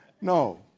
no